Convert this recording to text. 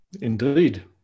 indeed